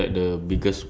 ya